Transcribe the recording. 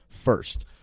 first